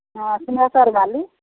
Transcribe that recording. हँ सिँहेश्वरवाली